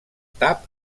tap